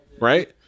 right